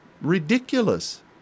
ridiculous